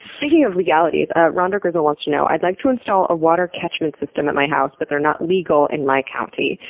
speaking of legalities, ah rhonda grizzle wants to know i'd like to install a water catchment system at my house, but they're not legal in my county,